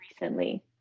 recently